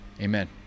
Amen